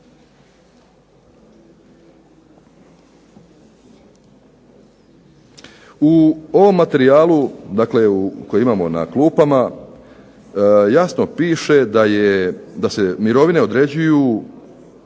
U ovom materijalu dakle koji imamo na klupama jasno piše da se mirovine određuju,